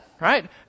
Right